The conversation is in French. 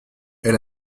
est